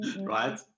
right